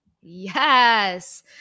Yes